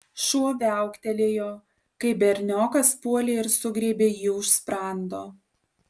šuo viauktelėjo kai berniokas puolė ir sugriebė jį už sprando